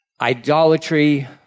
idolatry